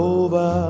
over